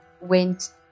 went